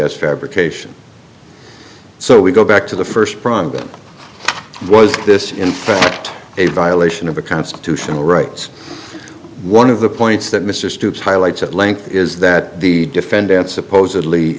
as fabrication so we go back to the first prong that was this in fact a violation of the constitutional rights one of the points that mr stupes highlights at length is that the defendants supposedly